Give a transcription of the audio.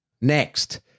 Next